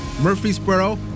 Murfreesboro